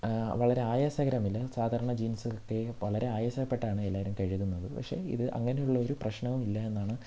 വളരെ ആയാസകരമില്ല സാധാരണ ജീൻസ് പ്രത്യേകം വളരെ ആയാസപ്പെട്ടാണ് എല്ലാവരും കഴുകുന്നത് പക്ഷേ ഇത് അങ്ങനെ ഉള്ളൊരു പ്രശ്നവും ഇല്ലാ എന്നാണ്